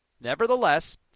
Nevertheless